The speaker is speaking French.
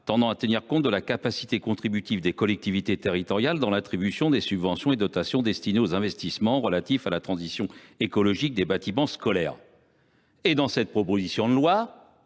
tendant à tenir compte de la capacité contributive des collectivités territoriales dans l’attribution des subventions et dotations destinées aux investissements relatifs à la transition écologique des bâtiments scolaires. Aux termes de ce